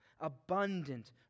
abundant